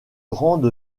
grande